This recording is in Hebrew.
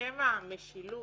בשם המשילות,